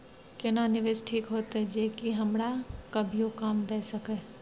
केना निवेश ठीक होते जे की हमरा कभियो काम दय सके?